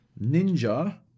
Ninja